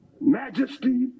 majesty